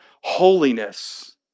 holiness